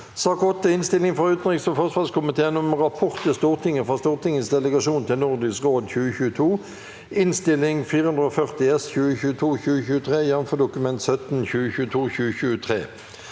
2023 Innstilling fra utenriks- og forsvarskomiteen om Rapport til Stortinget fra Stortingets delegasjon til Nor disk råd 2022 (Innst. 440 S (2022–2023), jf. Dokument 17 (2022–2023))